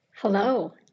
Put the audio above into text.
Hello